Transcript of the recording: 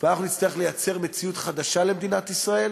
ואנחנו נצטרך לייצר מציאות חדשה למדינת ישראל.